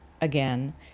again